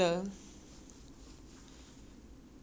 是我爸爸妈妈宠坏的不管我屁事